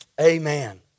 Amen